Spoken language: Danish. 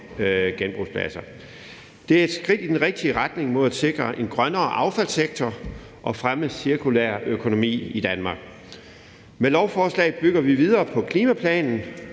genbrugspladser. Det er et skridt i den rigtige retning mod at sikre en grønnere affaldssektor og fremme cirkulær økonomi i Danmark. Med lovforslaget bygger vi videre på klimaplanen